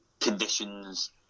conditions